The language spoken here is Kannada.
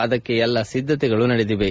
ಅದಕ್ಕೆ ಎಲ್ಲ ಸಿದ್ದತೆಗಳು ನಡೆದಿವೆ